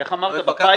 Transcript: איך אמרת, בפיילה?